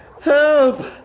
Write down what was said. Help